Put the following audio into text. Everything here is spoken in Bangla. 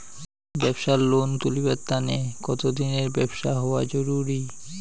ব্যাবসার লোন তুলিবার তানে কতদিনের ব্যবসা হওয়া জরুরি?